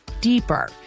deeper